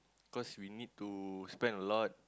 cause we need to spend a lot